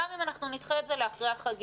גם אם אנחנו נדחה את זה לאחרי החגים.